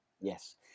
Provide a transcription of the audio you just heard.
Yes